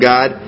God